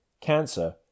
cancer